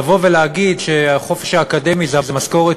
לבוא ולהגיד שהחופש האקדמי זה המשכורת